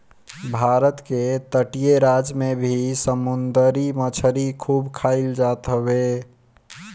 भारत के तटीय राज में भी समुंदरी मछरी खूब खाईल जात हवे